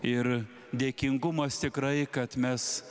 ir dėkingumas tikrai kad mes